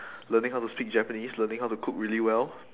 learning how to speak japanese learning how to cook really well